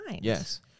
Yes